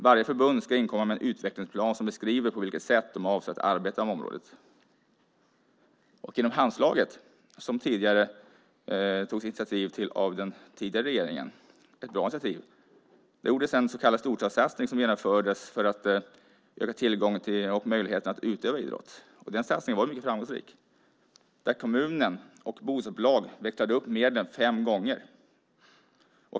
Varje förbund ska inkomma med en utvecklingsplan som beskriver på vilket sätt de avser att arbeta med området. Inom Handslaget - som den tidigare regeringen tog initiativ till, ett bra initiativ - gjordes en så kallad storstadssatsning som genomfördes för att öka tillgången till och möjligheten att utöva idrott. Den satsningen var mycket framgångsrik. Kommuner och bostadsbolag räknade upp medlen fem gånger.